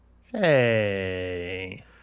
Hey